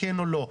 כן או לא.